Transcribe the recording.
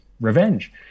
revenge